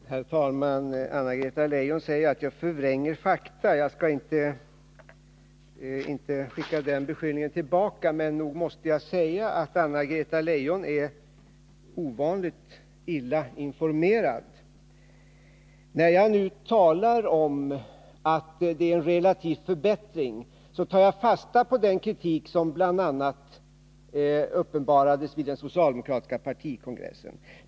Herr talman! Anna-Greta Leijon säger att jag förvränger fakta. Jag skall inte skicka den beskyllningen tillbaka, men nog måste jag säga att Anna-Greta Leijon är ovanligt illa informerad. När jag nu talar om en relativ förbättring, så tar jag fasta på den kritik som bl.a. uppenbarades vid den socialdemokratiska partikongressen.